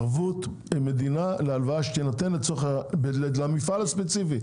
ערבות מדינה להלוואה שתינתן למפעל הספציפי,